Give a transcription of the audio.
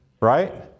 right